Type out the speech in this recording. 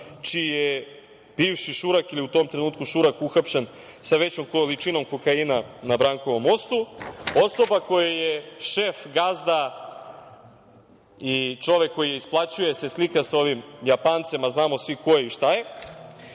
čiji je bivši šurak ili u tom trenutku šurak uhapšen sa većom količinom kokaina na Brankovom mostu, osoba kojoj je šef, gazda i čovek koji je isplaćuje se slika sa ovim Japancem, a znamo svi ko je i šta je,